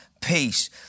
peace